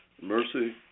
mercy